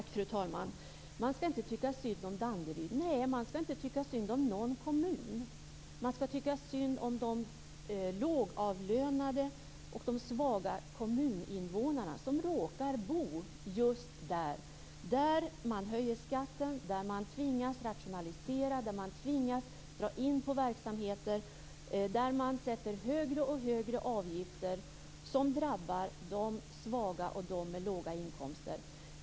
Fru talman! Man skall inte tycka synd om Danderyd - nej, man skall inte tycka synd om någon kommun. Man skall tycka synd om de lågavlönade och svaga kommuninvånare som råkar bo just där man höjer skatten, där man tvingas rationalisera, där man tvingas dra in på verksamheter och där man sätter högre och högre avgifter som drabbar de svaga och de med låga inkomster.